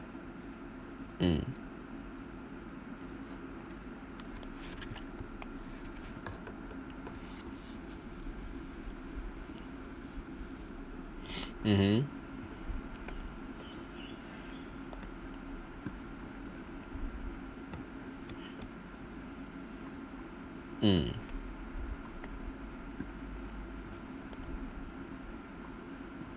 mm mmhmm mm